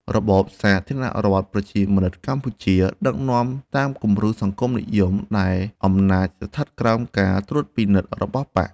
របបសាធារណរដ្ឋប្រជាមានិតកម្ពុជា ដឹកនាំតាមគំរូសង្គមនិយមដែលអំណាចស្ថិតក្រោមការត្រួតពិនិត្យរបស់បក្ស។